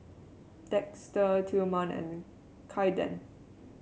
Dexter Tilman and Caiden